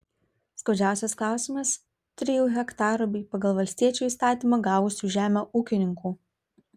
skaudžiausias klausimas trijų hektarų bei pagal valstiečių įstatymą gavusių žemę ūkininkų